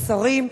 השרים,